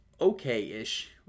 okay-ish